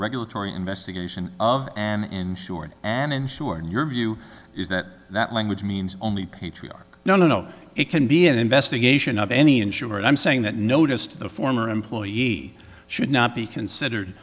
regulatory investigation of an insured an insurer in your view is that that language means only patriarch no no no it can be an investigation of any insured i'm saying that notice to the former employee should not be considered